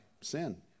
sin